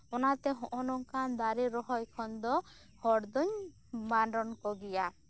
ᱚᱱᱟᱛᱮ ᱱᱚᱜᱚᱭ ᱱᱚᱝᱠᱟᱱ ᱫᱟᱨᱮ ᱨᱚᱦᱚᱭ ᱠᱷᱚᱱ ᱫᱚ ᱦᱚᱲᱫᱚᱧ ᱵᱟᱨᱚᱱ ᱠᱚᱜᱮᱭᱟ